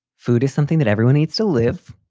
food is something that everyone needs to live.